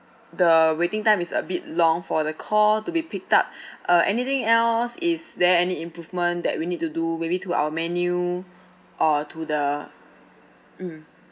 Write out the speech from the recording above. the waiting time is a bit long for the call to be picked up uh anything else is there any improvement that we need to do maybe to our menu or to the mm